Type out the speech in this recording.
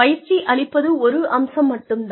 பயிற்சி அளிப்பது ஒரு அம்சம் மட்டும் தான்